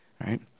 right